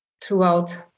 throughout